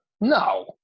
no